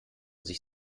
sich